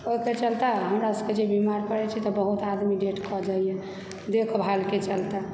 ओहिके चलते हमरा सभकेँ जे बीमार पड़ै छी तऽ बहुत आदमी डेड कऽ जाइए देखभालके चलते